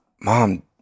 mom